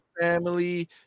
family